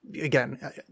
again